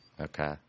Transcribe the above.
Okay